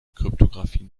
kryptographie